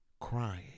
crying